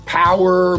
power